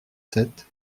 sept